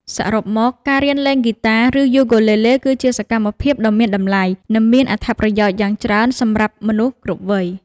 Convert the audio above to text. សរុបមក ការរៀនលេងហ្គីតា ឬ យូគូលេលេ គឺជាសកម្មភាពដ៏មានតម្លៃ និងមានអត្ថប្រយោជន៍យ៉ាងច្រើនសម្រាប់មនុស្សគ្រប់វ័យ។